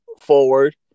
forward